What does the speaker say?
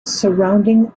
surrounding